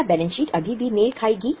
क्या balance sheet अभी भी मेल खाएगी